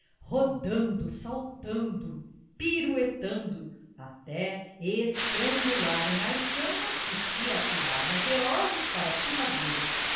rodando saltando piruetando até estrangularem as chamas que se atiravam ferozes para cima deles